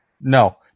No